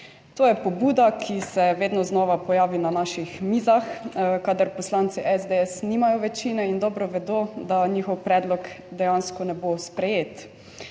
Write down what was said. To je pobuda, ki se vedno znova pojavi na naših mizah, kadar poslanci SDS nimajo večine in dobro vedo, da njihov predlog dejansko ne bo sprejet.